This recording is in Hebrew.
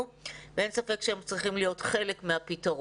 ואין ספק שהם צריכים להיות חלק מהפתרון.